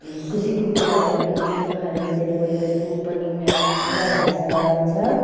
खुसीको कुरा हो किनकि उहाँहरू बितेर गए पछि नि पनि उनीहरूको आशीर्वाद हामीसँग रहने छ